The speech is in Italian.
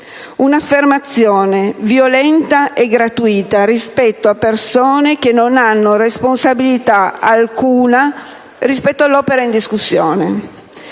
Un'affermazione violenta e gratuita rispetto a persone che non hanno responsabilità alcuna nei confronti dell'opera in discussione.